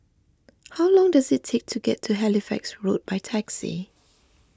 how long does it take to get to Halifax Road by taxi